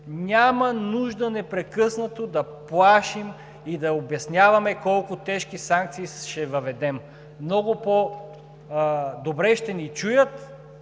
Няма нужда непрекъснато да плашим и да обясняваме колко тежки санкции ще въведем. Много по-добре ще ни чуят